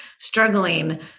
Struggling